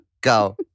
Go